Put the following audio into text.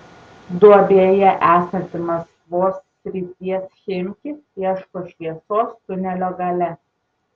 duobėje esanti maskvos srities chimki ieško šviesos tunelio gale